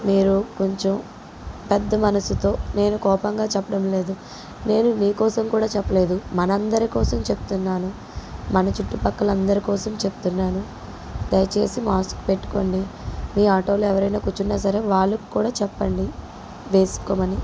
మీరు కొంచెం పెద్ద మనసుతో నేను కోపంగా చెప్పడం లేదు నేను మీకోసం కూడా చెప్పలేదు మనందరి కోసం చెప్తున్నాను మన చుట్టుపక్కల అందరి కోసం చెప్తున్నాను దయచేసి మాస్క్ పెట్టుకోండి మీ ఆటోలో ఎవరైనా కూర్చున్న సరే వాళ్ళకు కూడా చెప్పండి వేసుకోమని